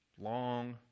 Long